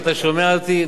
אם אתה שומע אותי,